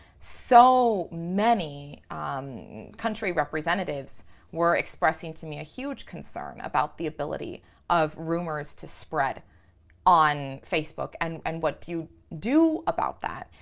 so many country representatives were expressing to me a huge concern about the ability of rumors to spread on facebook. and and what do you do about that?